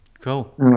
Cool